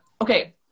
okay